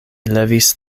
levis